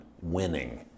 Winning